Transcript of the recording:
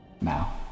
Now